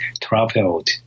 traveled